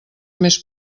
més